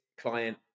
client